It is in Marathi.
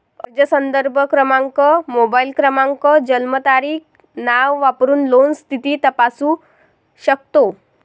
अर्ज संदर्भ क्रमांक, मोबाईल क्रमांक, जन्मतारीख, नाव वापरून लोन स्थिती तपासू शकतो